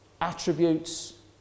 attributes